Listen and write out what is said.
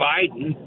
Biden